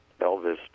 Elvis